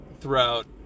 throughout